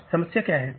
अब समस्या क्या है